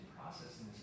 processing